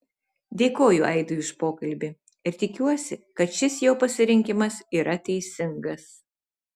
dėkoju aidui už pokalbį ir tikiuosi kad šis jo pasirinkimas yra teisingas